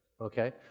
Okay